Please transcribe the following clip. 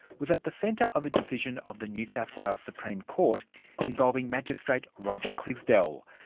was at the centre of a decision of the new south wales supreme court involving magistrate roger clisdell.